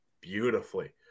beautifully